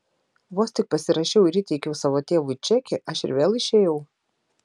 vos tik pasirašiau ir įteikiau savo tėvui čekį aš ir vėl išėjau